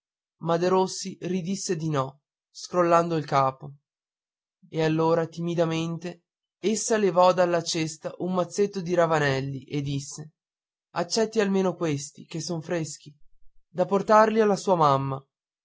ma derossi ridisse di no scrollando il capo e allora timidamente essa levò dalla cesta un mazzetto di ravanelli e disse accetti almeno questi che son freschi da portarli alla sua mamma